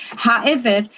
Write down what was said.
however,